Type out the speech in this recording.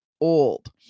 old